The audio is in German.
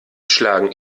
schlagen